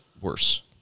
worse